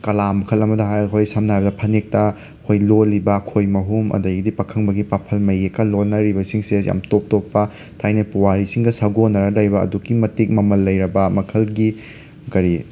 ꯀꯥꯂꯥ ꯃꯈꯜ ꯑꯃꯗ ꯍꯥꯏꯔ ꯑꯩꯈꯣꯏ ꯁꯝꯅ ꯍꯥꯏꯔꯕꯗ ꯐꯅꯦꯛꯇ ꯑꯩꯈꯣꯏ ꯂꯣꯜꯂꯤꯕ ꯈꯣꯏꯃꯍꯨꯝ ꯑꯗꯩꯗꯤ ꯄꯥꯈꯪꯕꯒꯤ ꯄꯥꯐꯜ ꯃꯌꯦꯛꯀ ꯂꯣꯟꯅꯔꯤꯕ ꯁꯤꯡꯁꯦ ꯌꯥꯝ ꯇꯣꯞ ꯇꯣꯞꯄ ꯊꯥꯏꯅ ꯄꯨꯋꯥꯔꯤꯁꯤꯡꯒ ꯁꯒꯣꯟꯅꯔ ꯂꯩꯕ ꯑꯗꯨꯛꯀꯤ ꯃꯇꯤꯛ ꯃꯃꯜ ꯂꯩꯔꯕ ꯃꯈꯜꯒꯤ ꯀꯔꯤ